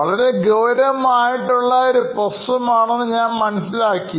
വളരെ ഗൌരവം ആയിട്ടുള്ള ഒരു പ്രശ്നമാണെന്ന് ഞാൻ മനസ്സിലാക്കി